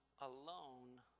alone